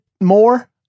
more